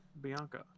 Bianca